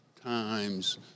times